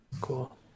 Cool